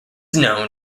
known